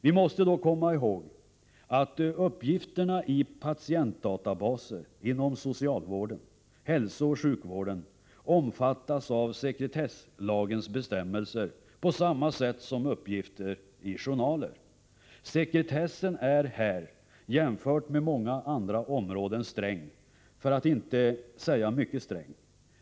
Vi måste dock komma ihåg att uppgifterna i patientdatabaser inom socialvården samt hälsooch sjukvården omfattas av sekretesslagens bestämmelser, på samma sätt som uppgifter i journaler. Sekretessen är här, jämfört med på många andra områden, sträng — för att inte säga mycket sträng.